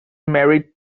married